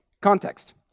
context